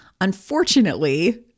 Unfortunately